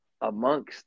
amongst